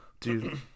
Dude